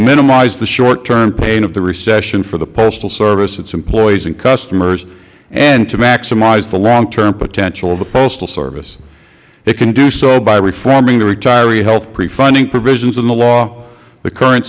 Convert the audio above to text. minimize the short term pain of the recession for the postal service its employees and customers and to maximize the long term potential of the postal service it can do so by reforming the retiree health pre funding provisions in the law the current